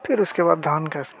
फिर उसके बाद धान की